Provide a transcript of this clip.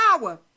power